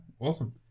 awesome